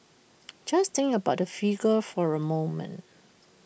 just think about that figure for A moment